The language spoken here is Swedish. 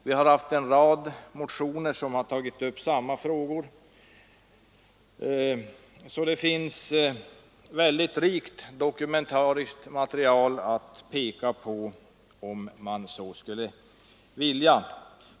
Vi har väckt en rad motioner som tagit upp samma frågor. Det finns sålunda ett rikt dokumentariskt material att redovisa, om man så skulle vilja.